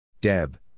Deb